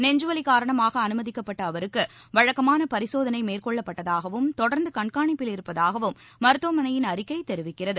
நெஞ்சுவலிகாரணமாகஅனுமதிக்கப்பட்டஅவருக்குவழக்கமானபரிசோதனைமேற்கொள்ளப்பட்டதாகவும் தொடர்ந்துகண்காணிப்பில் இருப்பதாகவும் மருத்துவமனையின் அறிக்கைதெரிவிக்கிறது